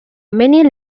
many